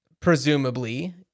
Presumably